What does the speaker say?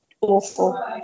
awful